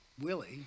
Willie